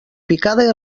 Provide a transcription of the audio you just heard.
picada